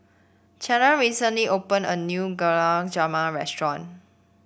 Charlize recently opened a new Gulab Jamun restaurant